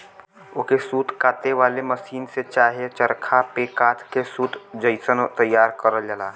ओके सूत काते वाले मसीन से चाहे चरखा पे कात के सूत जइसन तइयार करल जाला